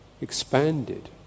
expanded